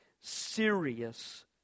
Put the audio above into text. serious